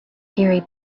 gary